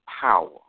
power